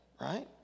right